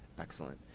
excellent.